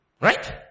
right